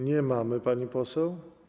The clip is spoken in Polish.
Nie ma pani poseł?